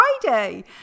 Friday